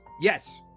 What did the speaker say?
yes